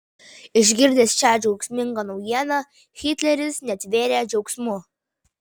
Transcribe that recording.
išgirdęs šią džiaugsmingą naujieną hitleris netvėrė džiaugsmu